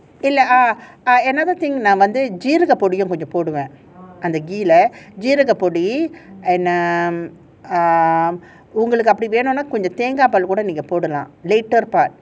இல்ல:illa ah another thing நான் ஜீரக பொடியும் கொஞ்சம் போடுவேன் அந்த:naan jeeraga podiyum konjam poduven ghee ள ஜீரக பொடி போடுவேன் அப்டி ஒங்குளுக்கு வேணும்னா நீங்க தேங்க பால் கூட:la jeeraga podi poduven apdi ongulukku venumnaa neenga thengaa paal kooda and um um போடலாம்:podalaam later part